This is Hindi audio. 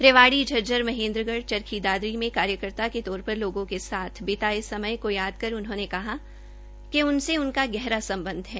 रेवाड़ी झज्जर महेन्द्रगढ़ चरखी दादरी में कार्यकर्ता के तौर पर लोगों के साथ बिताये समय को याद कर उन्होंने कहा कि उनसे उनका गहरा सम्बध है